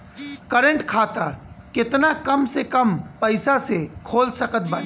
Current खाता केतना कम से कम पईसा से खोल सकत बानी?